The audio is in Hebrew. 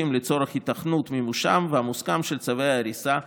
לצורך היתכנות מימושם והמוסכם של צווי ההריסה במתחם".